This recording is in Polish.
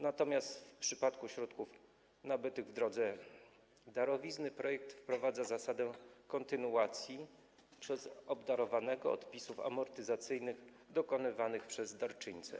Natomiast w przypadku środków nabytych w drodze darowizny projekt wprowadza zasadę kontynuacji przez obdarowanego odpisów amortyzacyjnych dokonywanych przez darczyńcę.